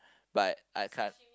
but I can't